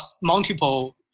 multiple